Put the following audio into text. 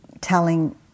telling